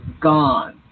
gone